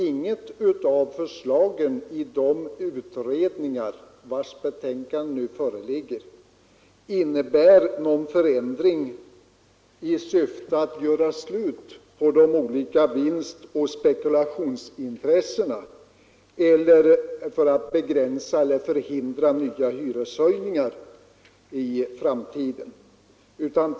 Inget av förslagen från de utredningar vilkas betänkanden nu föreligger innebär nämligen någon förändring i syfte att göra slut på de olika vinstoch spekulationsintressena på bostadsmarknaden eller att begränsa eller förhindra hyreshöjningar i framtiden.